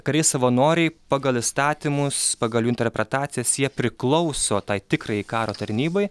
kariai savanoriai pagal įstatymus pagal jų interpretacijas jie priklauso tai tikrajai karo tarnybai